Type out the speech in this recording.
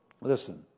listen